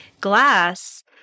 glass—